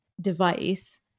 device